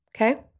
Okay